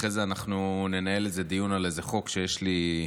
אחרי זה אנחנו ננהל איזה דיון על איזה חוק שיש לי.